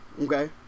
okay